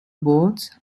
boards